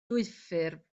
dwyffurf